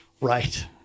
Right